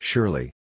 Surely